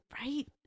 right